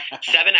Seven